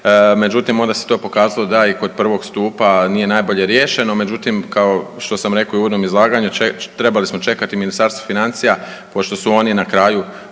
Međutim, onda se to pokazalo da je i kod prvog stupa nije najbolje riješeno, međutim kao što sam rekao u uvodnom izlaganju trebali smo čekati Ministarstvo financija pošto su oni na kraju,